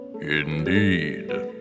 Indeed